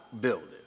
building